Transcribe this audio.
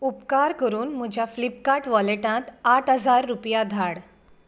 उपकार करून म्हज्या फ्लिपकार्ट वॉलेटांत आठ हजार रुपया धाड